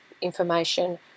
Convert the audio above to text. information